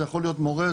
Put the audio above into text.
זה יכול להיות מורה,